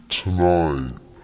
tonight